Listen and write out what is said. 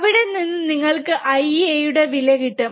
അവിടെ നിന്ന് നിങ്ങൾക് Ia യുടെ വില കിട്ടും